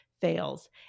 fails